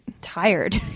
tired